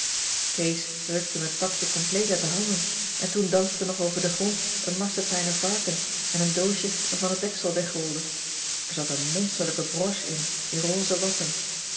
kees rukte me het pakje compleet uit de handen en toen dansten nog over den grond een marsepijnen varken en een doosje waarvan het deksel wegrolde er zat een monsterlijke broche in in rose watten